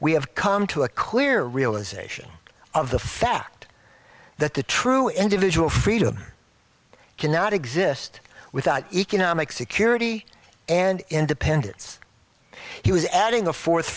we have come to a clear realization of the fact that the true individual freedom cannot exist without economic security and independence he was adding a